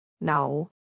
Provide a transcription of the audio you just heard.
No